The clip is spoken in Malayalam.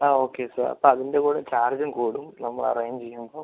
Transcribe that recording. ആ ഓക്കെ സാർ അപ്പോൾ അതിൻ്റെ കൂടെ ചാർജും കൂടും നമ്മൾ അറേഞ്ച് ചെയുമ്പോൾ